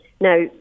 Now